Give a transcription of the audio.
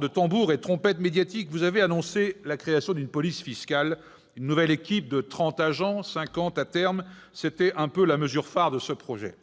de tambours et trompettes médiatiques, vous avez annoncé la création d'une police fiscale, une nouvelle équipe de trente agents, cinquante à terme. C'était la mesure phare de ce projet.